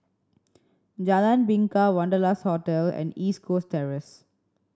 Jalan Bingka Wanderlust Hotel and East Coast Terrace